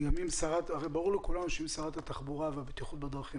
ברור לכולם שאם שרת התחבורה והבטיחות בדרכים